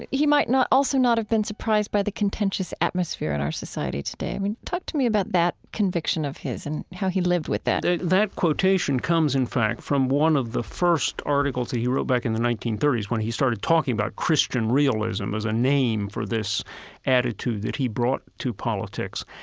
he might not, also not have been surprised by the contentious atmosphere in our society today. i mean, talk to me about that conviction of his and how he lived with that ah that quotation comes, in fact, from one of the first articles he wrote back in the nineteen thirty s, when he started talking about christian realism as a name for this attitude that he brought to politics.